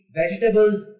vegetables